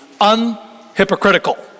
unhypocritical